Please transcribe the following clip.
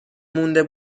مونده